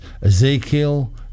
ezekiel